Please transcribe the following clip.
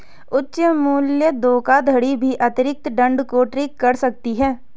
उच्च मूल्य धोखाधड़ी भी अतिरिक्त दंड को ट्रिगर कर सकती है